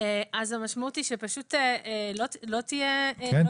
המשמעות היא שפשוט לא יהיה --- כן